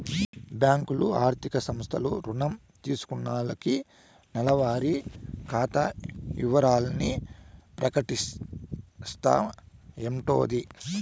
బ్యాంకులు, ఆర్థిక సంస్థలు రుణం తీసుకున్నాల్లకి నెలవారి ఖాతా ఇవరాల్ని ప్రకటిస్తాయంటోది